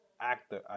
actor